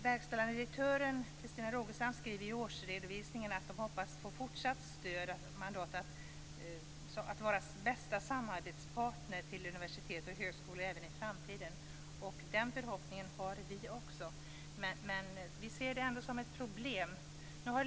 Verkställande direktören Christina Rogestam skriver i årsredovisningen att man hoppas att få fortsatt mandat att vara bästa samarbetspartner till universitet och högskolor även i framtiden. Den förhoppningen har vi också, men vi ser det ändå som ett problem.